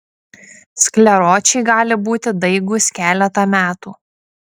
skleročiai gali būti daigūs keletą metų